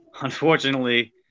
unfortunately